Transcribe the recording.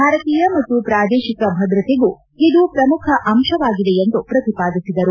ಭಾರತೀಯ ಮತ್ತು ಪ್ರಾದೇಶಿಕ ಭದ್ರತೆಗೂ ಇದು ಪ್ರಮುಖ ಅಂಶವಾಗಿದೆ ಎಂದು ಪ್ರತಿಪಾದಿಸಿದರು